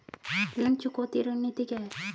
ऋण चुकौती रणनीति क्या है?